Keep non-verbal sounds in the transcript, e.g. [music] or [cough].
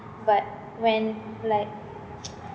but when like [noise]